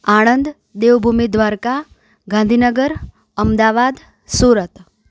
Anand Devbhumi Dwarka Gandhinagar Ahmedabad Surat